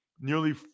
nearly